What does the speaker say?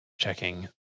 Checking